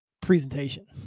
presentation